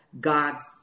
God's